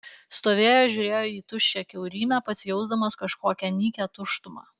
stovėjo žiūrėjo į tuščią kiaurymę pats jausdamas kažkokią nykią tuštumą